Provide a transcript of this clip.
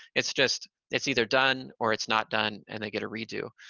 it's just it's either done, or it's not done, and they get a redo.